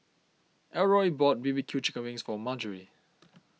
Elroy bought B B Q Chicken Wings for Margery